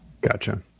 Gotcha